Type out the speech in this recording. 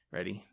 Ready